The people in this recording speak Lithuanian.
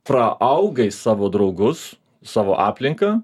praaugai savo draugus savo aplinką